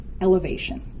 elevation